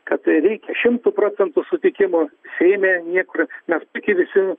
kad reikia šimtu procentų sutikimo seime niekur mes puikiai visi